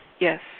Yes